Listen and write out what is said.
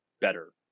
better